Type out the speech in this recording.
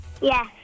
Yes